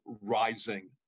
rising